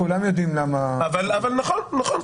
לא, אבל כולם יודעים למה --- נכון, נכון.